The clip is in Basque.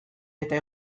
eta